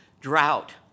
drought